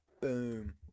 Boom